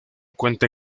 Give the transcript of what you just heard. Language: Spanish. cuenta